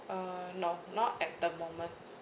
uh no not at the moment